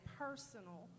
personal